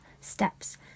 steps